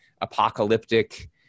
apocalyptic